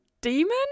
demon